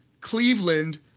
Cleveland